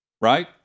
right